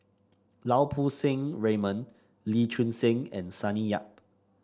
Lau Poo Seng Raymond Lee Choon Seng and Sonny Yap